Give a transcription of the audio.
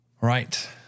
Right